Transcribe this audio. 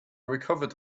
recovered